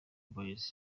boyz